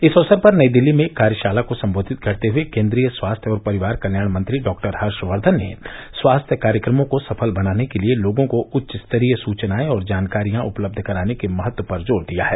इस अवसर पर नई दिल्ली में एक कार्यषाला को सम्बोधित करते हये केन्द्रीय स्वास्थ्य और परिवार कल्याण मंत्री डॉक्टर हर्षवर्धन ने स्वास्थ्य कार्यक्रमों को सफल बनाने के लिए लोगों को उच्च स्तरीय सुचनाएं और जानकारियां उपलब्ध कराने के महत्व पर जोर दिया है